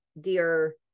dear